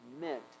meant